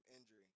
injury